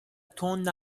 تند